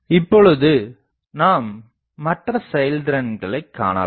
இப்போது நாம் மற்ற செயல் திறன்களைக் காணலாம்